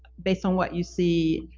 based on what you see,